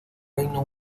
reino